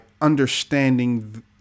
understanding